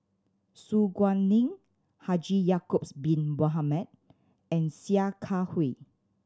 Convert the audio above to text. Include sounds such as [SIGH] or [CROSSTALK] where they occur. Su Guaning Haji Ya'acob [UNINTELLIGIBLE] Bin Mohamed and Sia Kah Hui